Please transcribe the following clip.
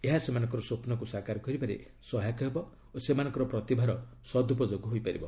ଏହା ସେମାନଙ୍କର ସ୍ୱପ୍ନକୁ ସାକାର କରିବାରେ ସହାୟକ ହେବ ଓ ସେମାନଙ୍କର ପ୍ରତିଭାର ସଦୁପଯୋଗ ହୋଇପାରିବ